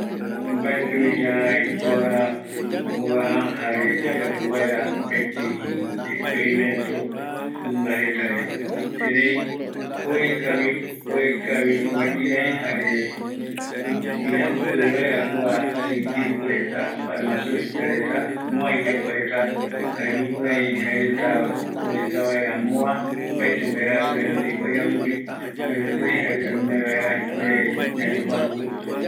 Kua baetɨ ïpora oyeapo vaera tei, ëreï kua oekareta mbae ikavivaera, omojangako mɨmbare, jare oikua vaera ikavita yandeveva, yae yave moa iyapoareta